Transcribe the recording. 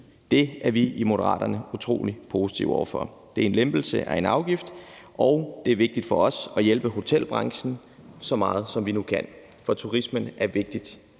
Det er vi i Moderaterne utrolig positive over for. Det er en lempelse af en afgift, og det er vigtigt for os at hjælpe hotelbranchen så meget, som vi nu kan, for turismen er et vigtigt